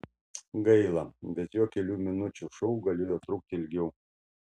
gaila bet jo kelių minučių šou galėjo trukti ilgiau